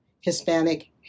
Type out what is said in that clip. Hispanic